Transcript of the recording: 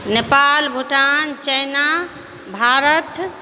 Nepal Bhutan China Bharat